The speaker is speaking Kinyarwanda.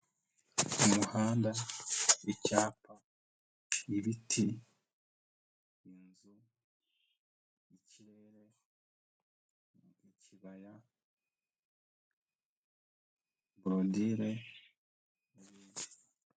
Umuhanda, icyapa, ibiti, inzu, ikirere n'icyapa. borodire.